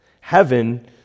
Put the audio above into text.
Heaven